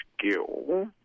skill